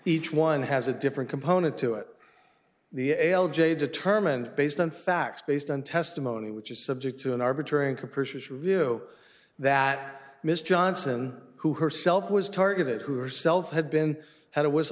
each one has a different component to it the ael j determined based on facts based on testimony which is subject to an arbitrary and capricious view that miss johnson who herself was targeted who herself had been had a whistle